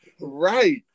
Right